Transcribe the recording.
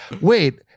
wait